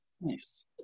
nice